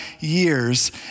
years